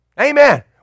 Amen